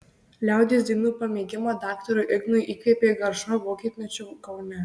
liaudies dainų pamėgimą daktarui ignui įkvėpė garšva vokietmečiu kaune